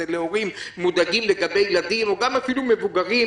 להורים מודאגים לגבי ילדים או גם מבוגרים,